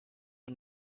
und